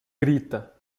grita